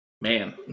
man